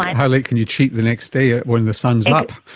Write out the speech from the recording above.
how late can you cheat the next day ah when the sun is up!